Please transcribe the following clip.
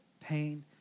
pain